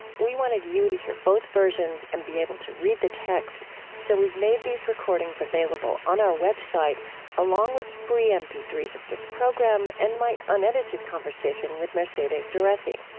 we wanted you to hear both versions and be able to read the text so we've made these recordings available on our web site along with free m p three s of this program and my unedited conversation with mercedes doretti.